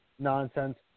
nonsense